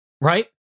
right